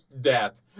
Death